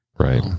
Right